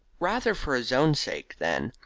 rather for his own sake, then,